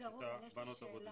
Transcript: יש לי שאלה,